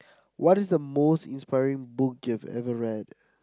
what is the most inspiring book you've ever read